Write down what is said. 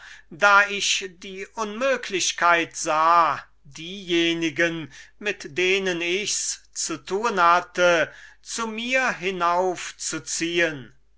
da ich die unmöglichkeit sah diejenigen mit denen ich's zu tun hatte so weit zu mir